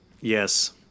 Yes